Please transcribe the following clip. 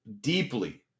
deeply